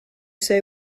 say